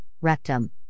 rectum